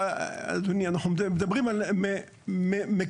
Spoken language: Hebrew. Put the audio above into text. אדוני, אנחנו מדברים על מקרקעין.